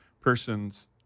persons